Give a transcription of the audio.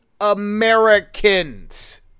Americans